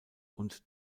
und